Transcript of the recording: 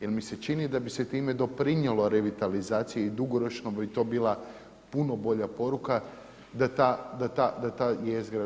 Jer mi se čini da bi se tome doprinijelo revitalizaciji i dugoročno bi to bila puno bolja poruka da ta jezgra.